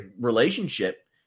relationship